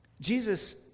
Jesus